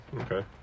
okay